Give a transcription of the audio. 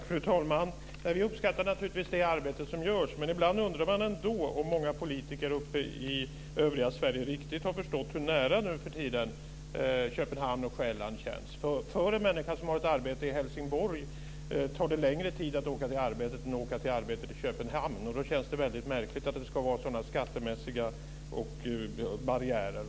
Fru talman! Vi uppskattar naturligtvis det arbete som görs. Men ibland undrar man ändå om många politiker i övriga Sverige riktigt har förstått hur nära Köpenhamn och Själland känns nuförtiden. Det tar längre tid att åka till arbetet för en människa som arbetar i Helsingborg än för en som arbetar i Köpenhamn. Då känns det väldigt märkligt att det ska vara sådana skattemässiga barriärer.